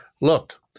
Look